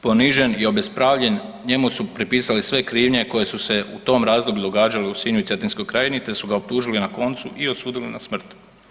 Ponižen i obespravljen, njemu su prepisali sve krivnje koje su se u tom razdoblju događale u Sinju i cetinskoj krajini, te su ga optužili i na koncu i osudili na smrt.